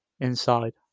inside